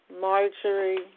Marjorie